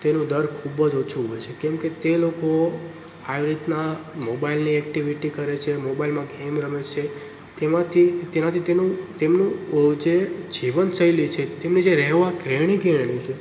તેનો દર ખૂબ જ ઓછો હોય છે કેમ કે તે લોકો આવી રીતના મોબાઇલની એક્ટિવિટી કરે છે મોબાઈલમાં ગેમ રમે છે તેમાંથી તેનાથી તેનું તેમનું જે જીવન શૈલી છે તેમની જે રહેવા રહેણી કહેણી છે